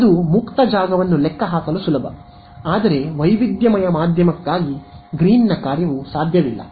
ಅದು ಮುಕ್ತ ಜಾಗವನ್ನು ಲೆಕ್ಕಹಾಕಲು ಸುಲಭ ಆದರೆ ವೈವಿಧ್ಯಮಯ ಮಾಧ್ಯಮಕ್ಕಾಗಿ ಗ್ರೀನ್ನ ಕಾರ್ಯವು ಸಾಧ್ಯವಿಲ್ಲ